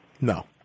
No